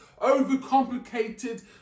overcomplicated